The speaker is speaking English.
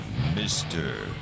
Mr